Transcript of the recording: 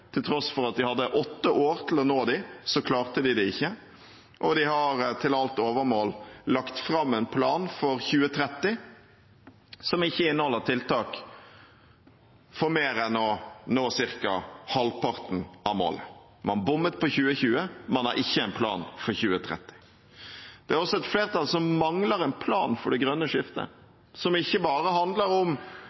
Til tross for at de hadde åtte år til å nå dem, klarte de det ikke. De har til alt overmål lagt fram en plan for 2030 som ikke inneholder tiltak for mer enn å nå ca. halvparten av målet. Man bommet på 2020, og man har ikke en plan for 2030. Det er også et flertall som mangler en plan for det grønne skiftet, som ikke bare handler om